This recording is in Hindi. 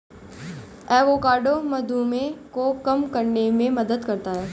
एवोकाडो मधुमेह को कम करने में मदद करता है